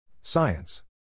Science